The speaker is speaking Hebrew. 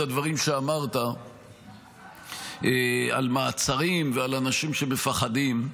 את הדברים שאמרת על מעצרים ועל אנשים שמפחדים.